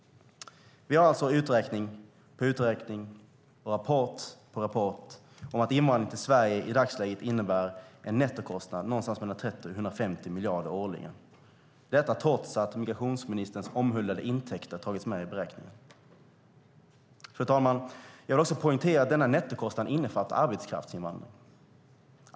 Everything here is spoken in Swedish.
Vi har alltså uträkning på uträkning och rapport på rapport om att invandringen till Sverige i dagsläget innebär en nettokostnad på någonstans mellan 30 och 150 miljarder årligen - detta trots att migrationsministerns omhuldade intäkter har tagits med i beräkningen. Fru talman! Jag vill också poängtera att denna nettokostnad innefattar arbetskraftsinvandring.